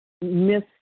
miss